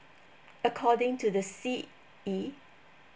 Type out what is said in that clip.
according to the C_E